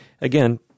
again